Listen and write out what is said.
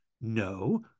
No